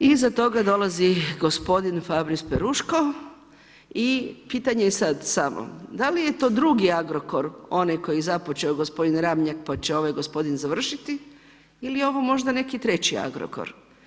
Iza toga dolazi gospodin Fabris Peruško i pitanje je sada samo da li je to drugi Agrokor onaj koji je započeo gospodin Ramljak pa će ovaj gospodin završiti ili je ovo možda neki treći Agrokor.